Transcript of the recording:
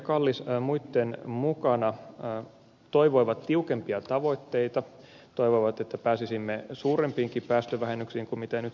kallis muitten mukana toivoivat tiukempia tavoitteita toivoivat että pääsisimme suurempiinkin päästövähennyksiin kuin mitä nyt käsitellään